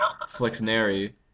Flexneri